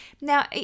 Now